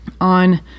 On